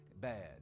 Bad